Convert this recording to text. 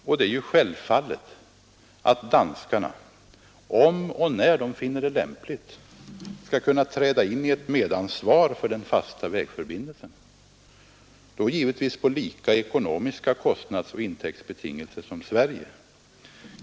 Och det är självklart att danskarna — om och när de finner det lämpligt skall kunna träda in i ett medansvar för den fasta vägförbindelsen, då givetvis på lika betingelser som Sverige när det gäller kostnader och intäkter.